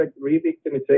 re-victimization